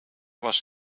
was